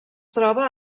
troba